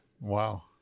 Wow